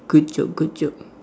good joke good joke